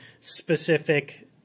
specific